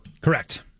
Correct